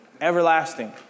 everlasting